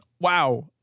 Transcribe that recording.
Wow